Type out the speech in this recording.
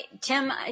Tim